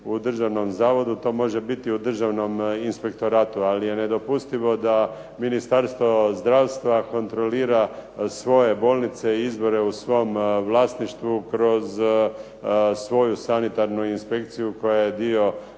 u državnom zavodu. To može biti u državnom inspektoratu, ali je nedopustivo da Ministarstvo zdravstva kontrolira svoje bolnice i izvore u svom vlasništvu kroz svoju sanitarnu inspekciju koja je dio